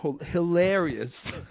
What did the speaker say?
hilarious